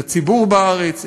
לציבור בארץ,